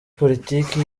politiki